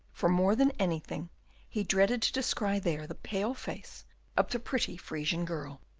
for more than anything he dreaded to descry there the pale face of the pretty frisian girl.